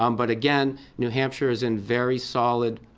um but, again, new hampshire's in very solid,